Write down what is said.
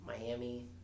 Miami